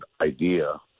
idea